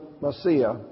Messiah